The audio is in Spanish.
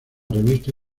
revista